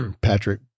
Patrick